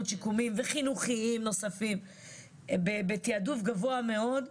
שיקומיים וחינוכיים נוספים בתיעדוף גבוה מאוד,